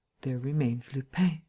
there remains lupin,